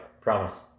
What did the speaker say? Promise